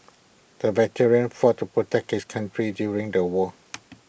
the veteran fought to protect his country during the war